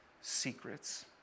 secrets